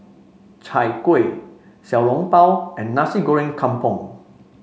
Chai Kueh Xiao Long Bao and NGasi goreng Kampung